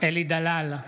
אלי דלל,